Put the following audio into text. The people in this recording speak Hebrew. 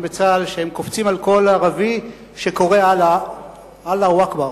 בצה"ל שהם קופצים על כל ערבי שקורא "אללהו אכבר".